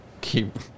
keep